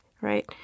Right